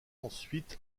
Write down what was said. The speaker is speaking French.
ensuite